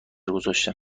گذاشتم